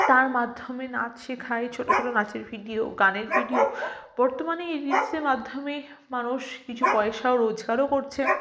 তার মাধ্যমে নাচ শেখায় ছোটো ছোটো নাচের ভিডিও গানের ভিডিও বর্তমানে এই রিল্সের মাধ্যমে মানুষ কিছু পয়সাও রোজগারও করছে